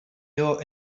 here